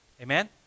Amen